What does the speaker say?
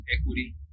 equity